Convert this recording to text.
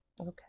Okay